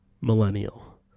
Millennial